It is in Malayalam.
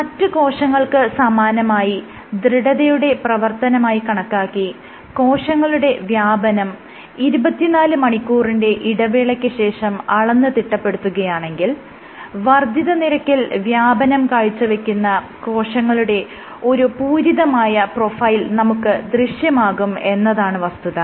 മറ്റ് കോശങ്ങൾക്ക് സമാനമായി ദൃഢതയുടെ പ്രവർത്തനമായി കണക്കാക്കി കോശങ്ങളുടെ വ്യാപനം 24 മണിക്കൂറിന്റെ ഇടവേളയ്ക്ക് ശേഷം അളന്ന് തിട്ടപ്പെടുത്തുകയാണെങ്കിൽ വർദ്ധിത നിരക്കിൽ വ്യാപനം കാഴ്ചവെക്കുന്ന കോശങ്ങളുടെ ഒരു പൂരിതമായ പ്രൊഫൈൽ നമുക്ക് ദൃശ്യമാകും എന്നതാണ് വസ്തുത